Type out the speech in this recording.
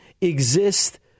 exist